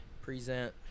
Present